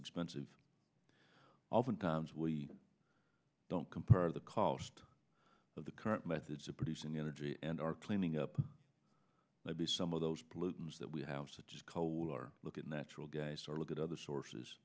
expensive oftentimes we don't compare the cost of the current methods of producing energy and are cleaning up maybe some of those pollutants that we have such as coal or look at natural gas or look at other sources